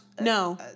No